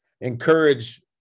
encourage